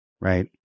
right